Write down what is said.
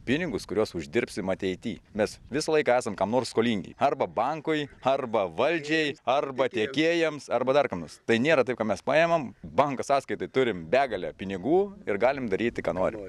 pinigus kuriuos uždirbsim ateity mes visą laiką esam kam nors skolingi arba bankui arba valdžiai arba tiekėjams arba dar kam nors tai nėra taip kad mes paimam banko sąskaitoj turim begalę pinigų ir galim daryti ką norim